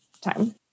time